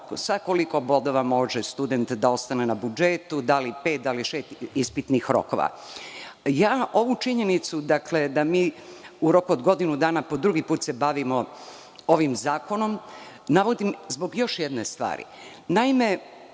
sa koliko bodova može student da ostane na budžetu, da li pet, da li šest ispitnih rokova. Ovu činjenicu da mi u roku od godinu dana po drugi put se bavimo ovim zakonom navodi zbog još jedne stvari.